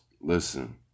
listen